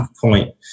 point